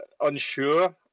unsure